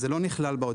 אז זה לא נכלל בהודעה,